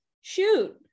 shoot